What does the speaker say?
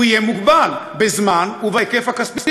הוא יהיה מוגבל בזמן ובהיקף הכספי,